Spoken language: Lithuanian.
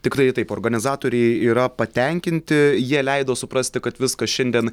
tikrai taip organizatoriai yra patenkinti jie leido suprasti kad viskas šiandien